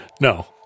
No